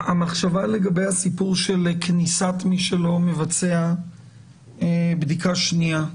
המחשבה לגבי הסיפור של כניסת מי שלא מבצע בדיקה שנייה,